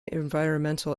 environmental